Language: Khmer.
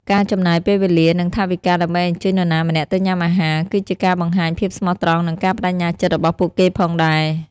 ការចំណាយពេលវេលា និងថវិកាដើម្បីអញ្ជើញនរណាម្នាក់ទៅញ៉ាំអាហារ គឺជាការបង្ហាញភាពស្មោះត្រង់ និងការប្តេជ្ញាចិត្តរបស់ពួកគេផងដែរ។